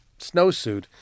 snowsuit